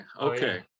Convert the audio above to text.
Okay